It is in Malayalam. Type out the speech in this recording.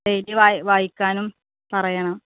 എഴുതി വായ് വായിക്കാനും പറയണം